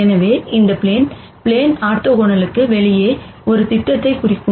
எனவே இந்த ப்ளேன் ப்ளேன்ஆர்த்தோகனலுக்கு வெளியே ஒரு திட்டத்தை குறிக்கும்